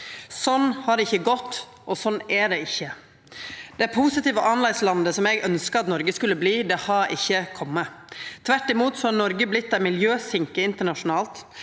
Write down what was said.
Sånn har det ikkje gått, og sånn er det ikkje. Det positive annleislandet eg ønskte at Noreg skulle verta, har ikkje kome. Tvert imot har Noreg vorte ei miljøsinke internasjonalt,